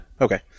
Okay